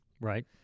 right